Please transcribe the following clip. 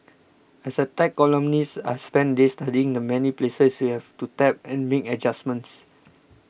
as a tech columnist I've spent days studying the many places you have to tap and make adjustments